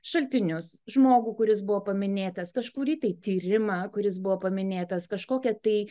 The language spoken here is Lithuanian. šaltinius žmogų kuris buvo paminėtas kažkurį tyrimą kuris buvo paminėtas kažkokią tai